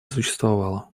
существовало